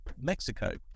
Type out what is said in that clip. Mexico